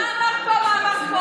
תפסיקו לבלבל את המוח.